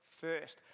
first